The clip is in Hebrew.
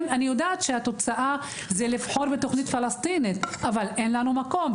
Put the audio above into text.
אני יודעת שהתוצאה שלהם תהיה לבחור בתוכנית פלסטינית כי אין לנו מקום,